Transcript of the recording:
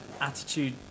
attitude